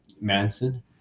manson